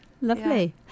Lovely